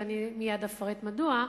ומייד אפרט מדוע,